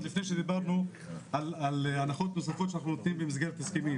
לפני שדיברנו על הנחות נוספות שאנחנו נותנים במסגרת הסכמים.